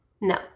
no